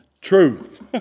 Truth